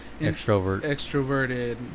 extroverted